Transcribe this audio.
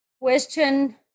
question